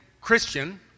Christian